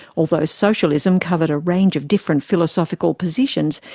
although socialism covered a range of different philosophical positions,